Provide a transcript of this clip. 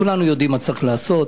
כולנו יודעים מה צריך לעשות.